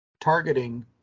targeting